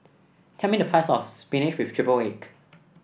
tell me the price of spinach with triple egg